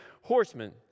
horsemen